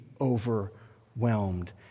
overwhelmed